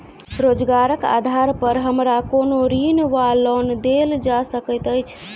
रोजगारक आधार पर हमरा कोनो ऋण वा लोन देल जा सकैत अछि?